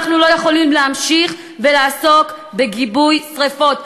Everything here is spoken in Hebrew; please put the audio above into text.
אנחנו לא יכולים להמשיך לעסוק בכיבוי שרפות.